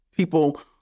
People